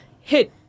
hit